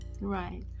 Right